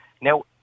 Now